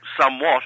somewhat